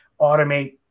automate